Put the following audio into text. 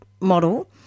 model